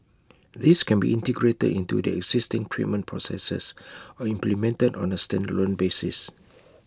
these can be integrated into their existing treatment processes or implemented on A standalone basis